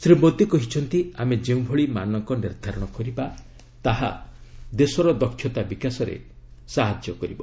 ଶ୍ରୀ ମୋଦି କହିଛନ୍ତି ଆମେ ଯେଉଁଭଳି ମାନକ ନିର୍ଦ୍ଧାରଣ କରିବା ତାହା ଦେଶର ଦକ୍ଷତା ବିକାଶରେ ସାହାଯ୍ୟ କରିବ